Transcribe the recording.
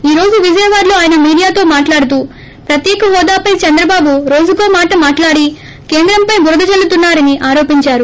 ఈ రోజు విజయవాడ లో ఆయన మీడియాతో మాట్లాడుతూ ప్రత్యేక హోదాపై చంద్రబాబు రోజుకో మాట్లాడి కేంద్రం పే టురద జల్లుతున్నారని ఆరోపించారు